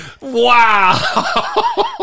Wow